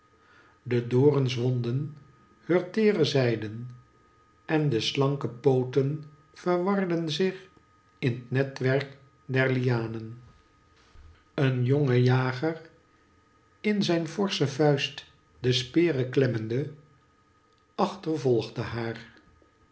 de dorens wondden heur teere zij den en de slanke pooten verwarden zich in t netwerk der lianen een jongejager in zyn forschen vuist de spere klemmende achtervolgde haar